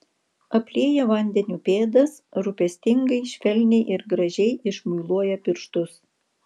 aplieja vandeniu pėdas rūpestingai švelniai ir gražiai išmuiluoja pirštus